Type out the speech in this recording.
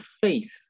faith